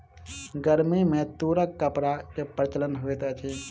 गर्मी में तूरक कपड़ा के प्रचलन होइत अछि